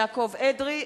(קוראת בשמות חברי הכנסת) יעקב אדרי,